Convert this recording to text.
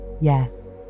yes